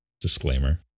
Disclaimer